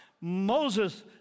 Moses